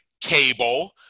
cable